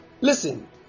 Listen